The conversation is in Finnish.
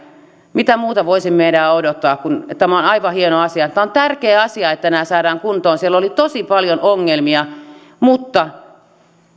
mitä muuta voisimme enää odottaa kun tämä on aika hieno asia tämä on tärkeä asia että nämä saadaan kuntoon siellä oli tosi paljon ongelmia mutta